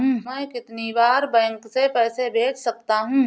मैं कितनी बार बैंक से पैसे भेज सकता हूँ?